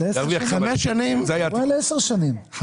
הוא היה לעשר שנים.